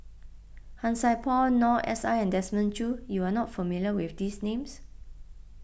Han Sai Por Noor S I and Desmond Choo you are not familiar with these names